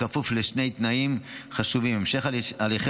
בכפוף לשני תנאים חשובים: 1. המשך הליכי